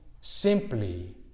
simply